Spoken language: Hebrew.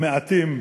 המעטים,